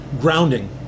grounding